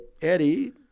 Eddie